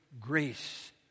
grace